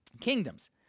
kingdoms